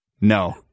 No